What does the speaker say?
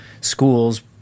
schools